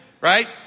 Right